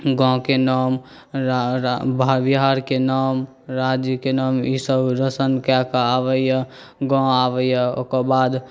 गाँवके नाम बिहारके नाम राज्यके नाम ईसभ रौशन कए के आबैए गाँव आबैए ओकर बाद